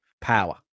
power